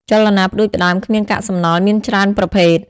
ចលនាផ្តួចផ្តើមគ្មានកាកសំណល់មានច្រើនប្រភេទ។